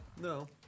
No